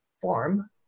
form